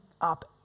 up